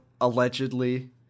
allegedly